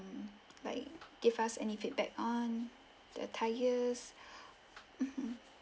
like give us any feedback on the attires mmhmm